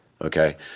Okay